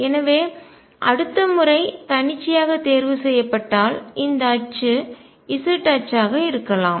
எனவே அடுத்த முறை தன்னிச்சையாக தேர்வு செய்யப்பட்டால் இந்த அச்சு z அச்சாக இருக்கலாம்